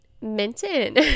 Minton